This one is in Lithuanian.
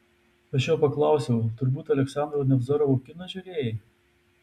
aš jo paklausiau turbūt aleksandro nevzorovo kiną žiūrėjai